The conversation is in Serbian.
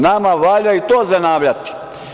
Nama valja i to zanavljati.